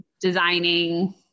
designing